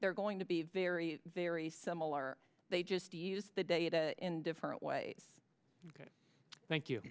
they're going to be very very similar they just use the data in different ways thank you